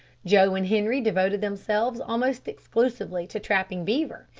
joe and henri devoted themselves almost exclusively to trapping beaver,